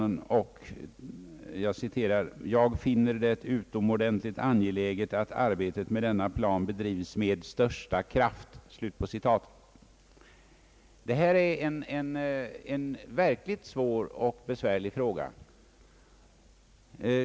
Departementschefen säger:' »Jag finner det utomordentligt angeläget att arbetet med denna plan bedrivs med största kraft.» Det är en verkligt svår och besvärlig fråga.